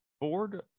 board